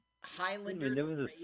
Highlander